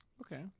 Okay